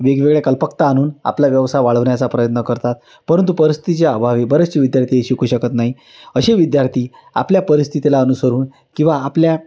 वेगवेगळ्या कल्पकता आणून आपला व्यवसाय वाढवण्याचा प्रयत्न करतात परंतु परिस्थितीचे अभावी बरेचशे विद्यार्थी शिकू शकत नाही असे विद्यार्थी आपल्या परिस्थितीला अनुसरून किंवा आपल्या